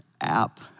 app